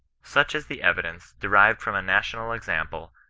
such is the evidence, derived from a national exam ple,